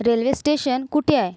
railway station कुठे आहे